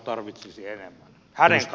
arvoisa puhemies